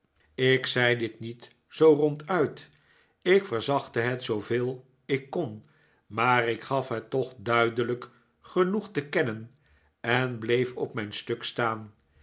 ik zei dit niet zoo ronduit ik verzachtte het zooveel ik kon maar ik gaf het toch duidelijk genoeg te kennen en bleef op mijn stuk staan